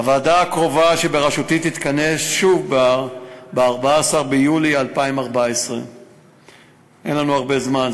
הוועדה בראשותי תתכנס שוב ב-14 ביולי 2014. אין לנו הרבה זמן,